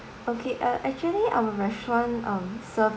okay uh actually our restaurant um serve